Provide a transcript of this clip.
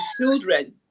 children